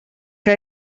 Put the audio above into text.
que